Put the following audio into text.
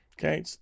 okay